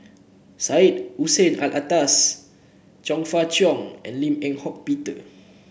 Syed Hussein Alatas Chong Fah Cheong and Lim Eng Hock Peter